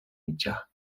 mitjà